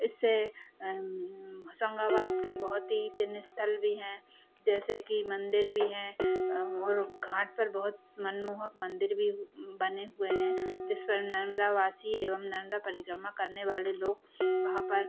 इससे होशंगाबाद के बहुत है चिन्ह स्थल भी हैं जैसे कि मंदिर भी हैं और घाट पर बहुत मनमोहक मंदिर भी बने हुए हैं जिस पर नर्मदा वासी एवं नर्मदा परिक्रमा करने वाले लोग वहाँ पर